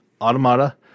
automata